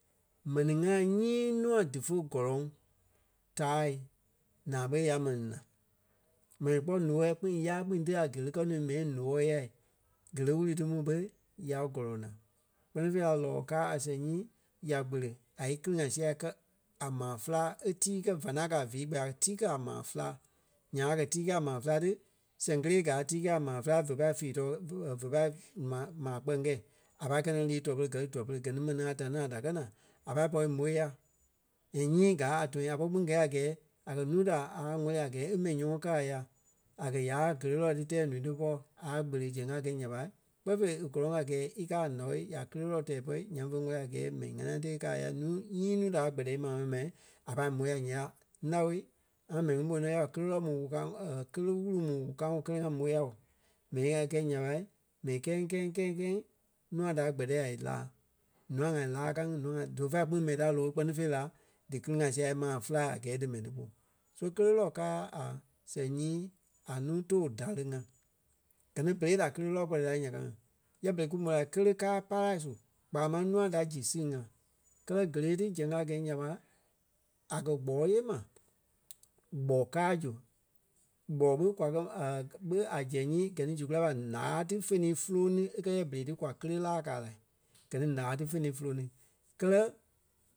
m̀ɛnii ŋai nyii nûa dífe gɔlɔŋ taai; naa ɓé ya mɛnii naa. Mɛnii kpɔ́ ǹoɔɔ̂i kpîŋ ya kpîŋ ti a kéle kɛ́ nuu m̀ɛnii ǹoɔɔ̂i ya kéle wurui ti mu ɓé ya kɔlɔŋ naa. Kpɛ́ni fêi la lɔɔ káa a sɛŋ nyii ya kpele a íkili-ŋa sia kɛ a maa féla e tii kɛ va ŋaŋ kɛ́ a vii kpɛɛ a tii kɛ a maa féla. Nyaŋ a kɛ̀ tíi kɛi a maa féla ti sɛŋ kélee gaa tii kɛi a maa féla ve pai fii-tɔɔ ve- ve pai ma- maa kpɛŋ kɛi a pai kɛ nɔ lii tuɛ-pere gɛ lí tuɛ-pere. Gɛ ni mɛni ŋai ta ni ŋí da kɛ́ naa. A pâi pɔri m̀ôi ya and nyii gaa a tɔ̃yâ a pɔri kpîŋ gɛɛ a gɛɛ a kɛ̀ núu da a wɛli a gɛɛ e mɛni nyɔmɔɔ káa a ya a kɛ̀ yaa géle lɔɔ ti tɛɛ ǹúu ti pɔ́ aa kpele zɛŋ a gɛi nya ɓa, kpɛɛ fêi e gɔlɔŋ a gɛɛ í kaa ǹao ya kéle lɔɔ tɛɛ bɔ̂i nyaŋ ve wɛli a gɛɛ mɛni ŋanaa ti e kɛ̀ a ya nuu- nyii núu da a kpɛ́tɛ e maa mɛni ma a pâi môi ya ǹyɛɛ ya nao ŋa mɛni ŋí ɓôi nɔ ya kéle lɔɔ mu wurui kâa ŋí kéle wúru mu kâa ŋí kɛlɛ ŋa môi ya ooo. Mɛnii a e kɛ̀ nya ɓa, ḿɛnii kɛɛ-ŋí kɛɛ-ŋí kɛɛ-ŋí kɛɛ-ŋi nûa da kpɛtɛ a ílaa. Ǹûai ŋai láa ka ŋí ǹûai ŋai dífe kpîŋ mɛni ta looi kpɛ́ni fêi la díkili-ŋa sia maa féla a gɛɛ dí mɛni ti ɓo. So kéle lɔɔ káa a sɛŋ nyii a nuu tòo dare ŋa. Gɛ ni berei da kéle lɔɔ kpɛtɛ la nya ka ŋí; yɛ berei kú môi la kéle káa para su kpaa máŋ nûa da zi sîŋ-ŋa. Kɛlɛ géle ti zɛŋ a gɛ̀ nya ɓa, a kɛ̀ gbɔɔi yée ma gbɔ káa zu gbɔ́lɔ ɓé kwa kɛ ɓé a zɛŋ nyii gɛ ni zu kulai ɓa ǹaa ti fé ní fúloŋ ni e kɛ̀ yɛ berei ti kwa kéle láa kaa lai. Gɛ ni ǹaa ti vé ni fúloŋ ni. Kɛ́lɛ